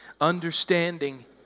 Understanding